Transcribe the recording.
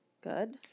Good